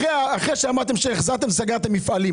אחרי שאמרתם שהחזרתם, סגרתם מפעלים.